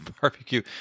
barbecue